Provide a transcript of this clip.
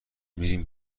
میریم